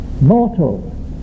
mortal